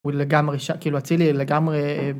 הוא לגמרי שם, כאילו אצילי לגמרי.